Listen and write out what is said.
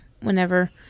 whenever